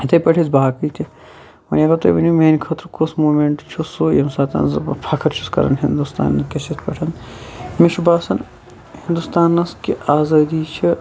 یِتھے پٲٹھۍ ٲسۍ باقی تہِ وۄنۍ اَگَر تُہۍ ؤنِومیانہِ خٲطرٕ کُس موٗمنٹ چھُ سُہ ییٚمہِ ساتہٕ زن بہٕ فخٕر چھُس کَران ہِندُستان کِس یَتھ پیٚٹھ مےٚ چھُ باسان ہِندُستانَس کہِ آزٲدی چھِ